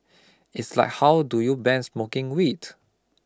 it's like how do you ban smoking weed